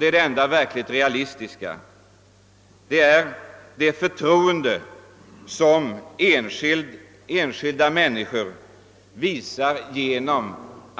Det enda verkligt realistiska sättet att åstadkomma detta är att enskilda människor visar de statliga företagen ett sådant förtroende,